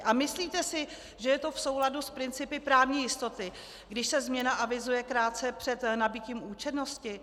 A myslíte si, že je to v souladu s principy právní jistoty, když se změna avizuje krátce před nabytím účinnosti?